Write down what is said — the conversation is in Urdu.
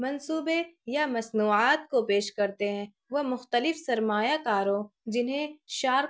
منصوبے یا مصنوعات کو پیش کرتے ہیں وہ مختلف سرمایہ کاروں جنہیں شارک